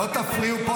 תוציא אותו,